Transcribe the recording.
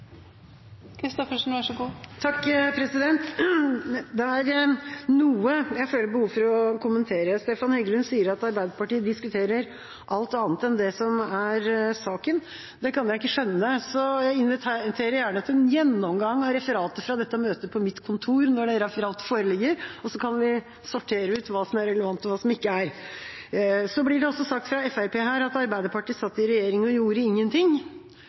diskuterer alt annet enn det som er saken. Det kan jeg ikke skjønne, så jeg inviterer gjerne til en gjennomgang av referatet fra dette møtet på mitt kontor når det referatet foreligger. Så kan vi sortere ut hva som er relevant, og hva som ikke er det. Det blir også sagt fra Fremskrittspartiets side at Arbeiderpartiet satt i regjering og gjorde ingenting.